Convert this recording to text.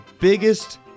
biggest